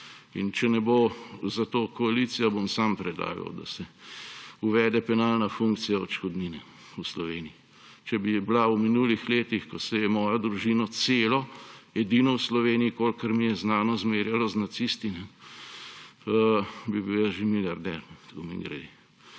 In če ne bo za to koalicija, bom sam predlagal, da se uvede penalna funkcija odškodnine v Sloveniji. Če bi bila v minulih letih, ko se je mojo družino celo, edino v Sloveniji, kolikor mi je znano, zmerjalo z nacisti, bi bil jaz že milijarder, to mimogrede.